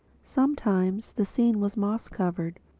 sometimes the scene was moss-covered,